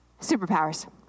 Superpowers